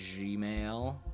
Gmail